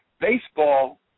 Baseball